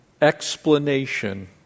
explanation